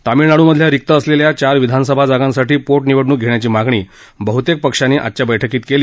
तमिळनाडूमधल्या रिक्त असलेल्या चार विधानसभा जागांसाठी पोटनिवडणूक घेण्याची मागणी बहतेक पक्षांनी आजच्या बैठकीत केली